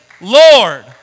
Lord